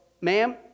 ma'am